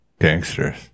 gangsters